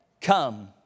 come